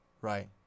Right